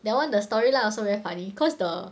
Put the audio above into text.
that one the storyline also very funny cause the